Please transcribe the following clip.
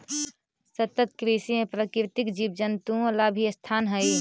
सतत कृषि में प्राकृतिक जीव जंतुओं ला भी स्थान हई